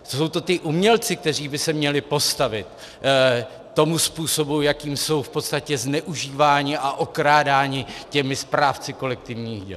Jsou to ti umělci, kteří by se měli postavit tomu způsobu, jakým jsou v podstatě zneužíváni a okrádáni těmi správci kolektivních děl.